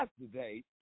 yesterday